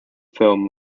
film